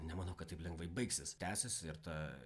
nemanau kad taip lengvai baigsis tęsis ir ta